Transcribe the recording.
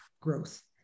growth